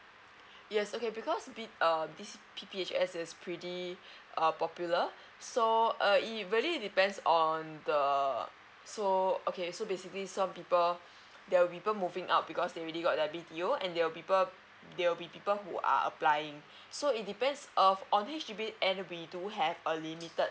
yes okay because bit err this P_P_H_S is pretty err popular so err it really depends on the so okay so basically some people there are people moving up because they already got their B_T_O and they're people err they'll be people who are applying so it depends of on each bit and we do have a limited